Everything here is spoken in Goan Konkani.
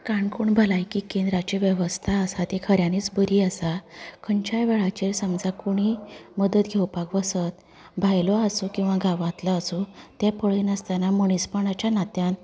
काणकोण भलायकी केंद्राचे वेवस्था आसा ती खऱ्यांनीच बरी आसा खंयच्याय वेळाचेर समजा कोणी मदत घेवपाक वचत भायलो आसूं किंवां गांवातलो आसूं त्या पळय नासतना मनीसपणाच्या नात्यान